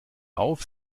auf